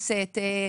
הכנסת,